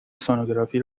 سنوگرافی